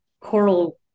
coral